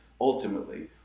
ultimately